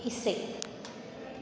Israel